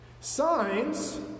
Signs